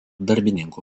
darbininkų